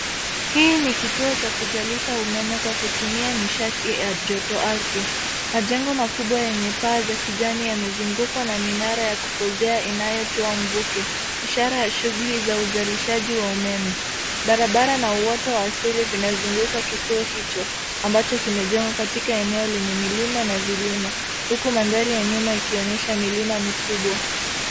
Hii ni kituo cha kuzalisha umeme kwa kutumia mishati ya joto ardhi majengo makubwa yenye paa za kijani yamezungukwa na minara ya kupozea inayotoa mvuke ishara ya shughuli za usalishaji wa umeme. Barabara na uoto wa asili vinazunguka kituo hicho ambacho kimejengwa katika eneo lenye milima na vilima huku mandhari ya nyuma ikionyesha milima mikubwa.